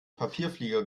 papierflieger